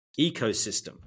ecosystem